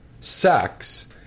sex